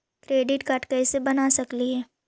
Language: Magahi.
क्रेडिट कार्ड कैसे बनबा सकली हे?